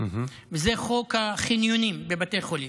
והוא חוק החניונים בבתי חולים.